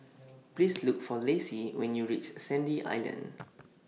Please Look For Lacey when YOU REACH Sandy Island